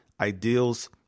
ideals